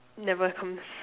never comes